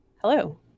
Hello